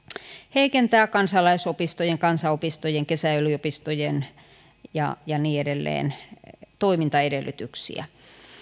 heikentää kansalaisopistojen kansanopistojen kesäyliopistojen ja ja niin edelleen toimintaedellytyksiä